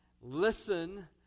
listen